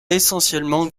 essentiellement